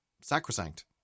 sacrosanct